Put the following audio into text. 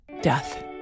death